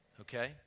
Okay